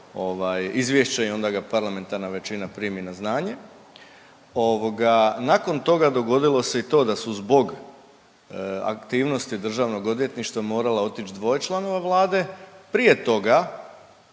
izvješće i onda ga parlamentarna većina primi na znanje, ovoga, nakon toga dogodilo se i to da su zbog aktivnosti DORH-a morala otići dvoje članova Vlade, prije toga